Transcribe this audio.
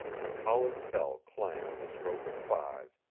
the college bell clanged the stroke of five